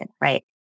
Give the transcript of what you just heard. right